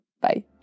Bye